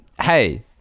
Hey